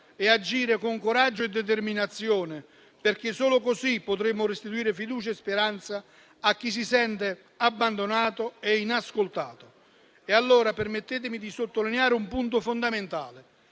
e agire con coraggio e determinazione, perché solo così potremo restituire fiducia e speranza a chi si sente abbandonato e inascoltato. Permettetemi allora di sottolineare un punto fondamentale: